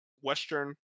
Western